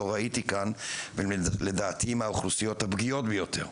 לא ראיתי כאן ולדעתי הם האוכלוסיות הפגיעות ביותר,